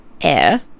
air